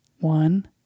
one